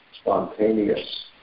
spontaneous